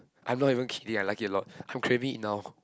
I'm not even kidding I like it a lot I'm craving it now